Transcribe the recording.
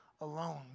alone